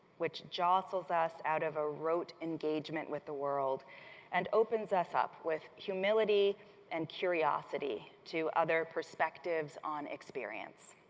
which jostles us out of our ah rote engagement with the world and opens us up with humility and curiosity to other perspectives on experience.